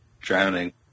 drowning